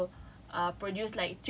and then like initially I wanted to